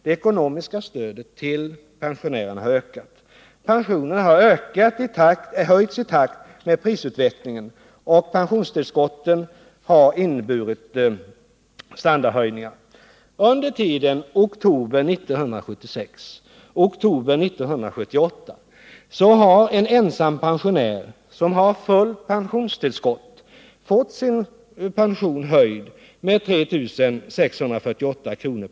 Det ekonomiska stödet till pensionärerna har ökat. Pensionerna har höjts i takt med prisutvecklingen, och pensionstillskotten har inneburit standardhöjningar. Under tiden oktober 1976-oktober 1978 har en ensam pensionär, som har fullt pensionstillskott, fått sin pension höjd med 3 648 kr.